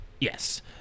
Yes